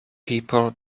people